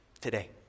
Today